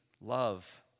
love